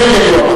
נגד.